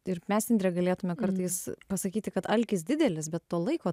ir mes indre galėtume kartais pasakyti kad alkis didelis bet to laiko